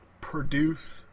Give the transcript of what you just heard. produce